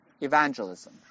evangelism